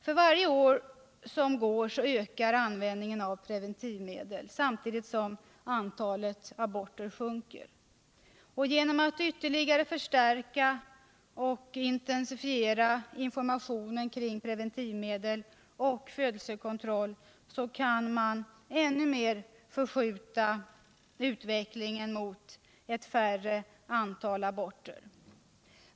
För varje år som går ökar användningen av preventivmedel, samtidigt som antalet aborter sjunker. Genom att ytterligare förstärka och intensifiera informationen kring preventivmedel och födelsekontroll kan man ännu mer förskjuta utvecklingen mot ett lägre antal aborter.